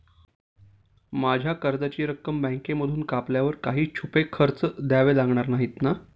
माझ्या कर्जाची रक्कम बँकेमधून कापल्यावर काही छुपे खर्च द्यावे नाही लागणार ना?